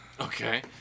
Okay